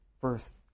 first